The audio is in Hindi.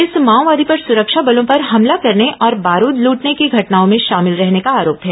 इस माओवादी पर सुरक्षा बलों पर हमला करने और बारूद लूटने की घटनाओं में शामिल रहने का आरोप है